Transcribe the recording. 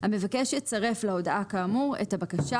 המבקש יצרף להודעתו כאמור את הבקשה,